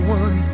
one